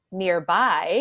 nearby